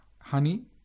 honey